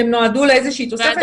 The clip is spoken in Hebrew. שהם נועדו לאיזושהי תוספת.